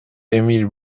émile